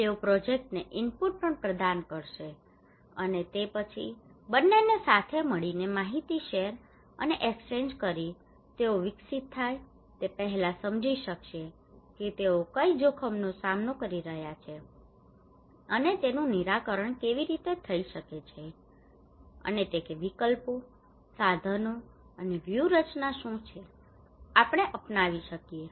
તેઓ પ્રોજેક્ટને ઇનપુટ પણ પ્રદાન કરશે અને તે પછી બંનેને સાથે મળીને માહિતી શેર અને એક્ષચેન્જ કરીને તેઓ વિકસિત થાય તે પહેલાં તેઓ સમજી શકશે કે તેઓ કઈ જોખમનો સામનો કરી રહ્યા છે અને તેનું નિરાકરણ કેવી રીતે થઈ શકે છે અને તે વિકલ્પો સાધનો અને વ્યૂહરચના શું છે આપણે અપનાવી શકીએ